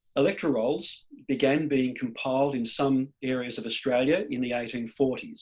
electoral rolls began being compiled in some areas of australia in the eighteen forty s,